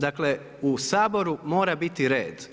Dakle u Saboru mora biti red.